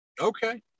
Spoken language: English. Okay